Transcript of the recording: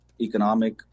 economic